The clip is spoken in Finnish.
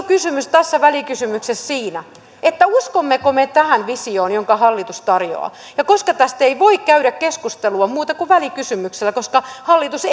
kysymys tässä välikysymyksessä uskommeko me tähän visioon jonka hallitus tarjoaa ja tästä ei voi käydä keskustelua muuten kuin välikysymyksellä koska hallitus